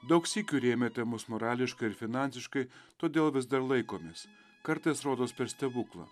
daug sykių rėmėte mus morališkai ir finansiškai todėl vis dar laikomės kartais rodos per stebuklą